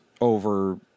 over